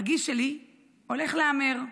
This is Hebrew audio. הגיס שלי הולך להמר,